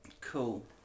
Cool